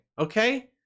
okay